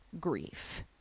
grief